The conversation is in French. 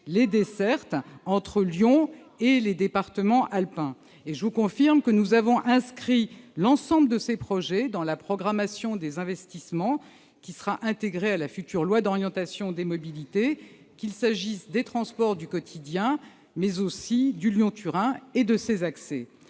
Les gares ferment, la région est sinistrée ! Je vous confirme que nous avons inscrit l'ensemble de ces projets dans la programmation des investissements qui sera intégrée à la future loi d'orientation des mobilités, qu'il s'agisse des transports du quotidien ou de la ligne Lyon-Turin et de ses accès.